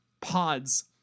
pods